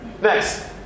next